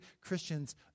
Christians